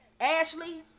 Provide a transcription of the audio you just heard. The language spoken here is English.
Ashley